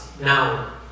now